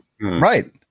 right